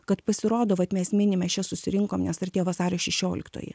kad pasirodo vat mes minime čia susirinkom nes artėja vasario šešioliktoji